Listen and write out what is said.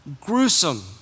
gruesome